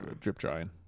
drip-drying